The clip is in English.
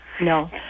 No